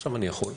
עכשיו אני יכול,